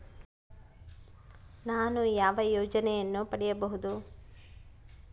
ನಾನು ಯಾವ ಯೋಜನೆಯನ್ನು ಪಡೆಯಬಹುದು?